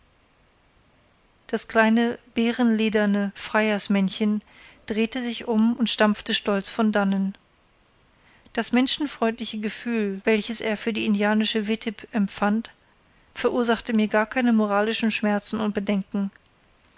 das kleine bärenlederne freiersmännchen drehte sich um und stampfte stolz von dannen das menschenfreundliche gefühl welches er für die indianische wittib empfand verursachte mir gar keine moralischen schmerzen und bedenken